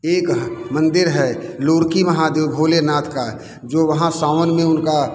एक ह मंदिर है लुरकी महादेव भोलेनाथ का जो वहाँ सावन में उनका